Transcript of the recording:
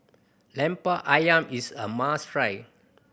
Lemper Ayam is a must try